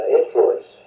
influence